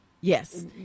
yes